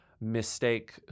mistake